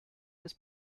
des